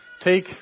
take